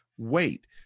wait